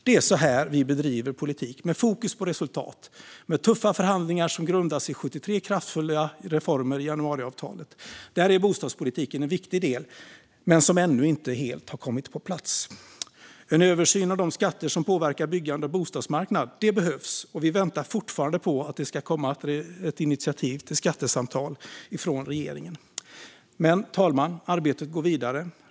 Det är så vi bedriver politik, med fokus på resultat och med tuffa förhandlingar som grundas på 73 kraftfulla reformer i januariavtalet. Bostadspolitiken är en viktig del, men den har ännu inte kommit helt på plats. En översyn av de skatter som påverkar byggandet och bostadsmarknaden behövs. Vi väntar fortfarande på ett initiativ till skattesamtal från regeringen. Fru talman! Arbetet går dock vidare.